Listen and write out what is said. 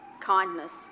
kindness